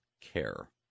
care